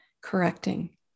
correcting